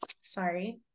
Sorry